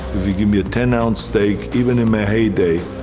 if you give me a ten ounce steak, even in my hey day,